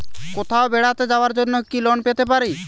কোথাও বেড়াতে যাওয়ার জন্য কি লোন পেতে পারি?